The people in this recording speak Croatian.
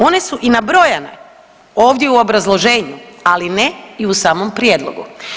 One su i nabrojane ovdje u obrazloženju, ali ne i u samom prijedlogu.